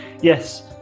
Yes